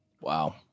wow